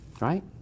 Right